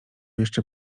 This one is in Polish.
jeszcze